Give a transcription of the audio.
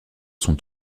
sont